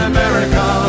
America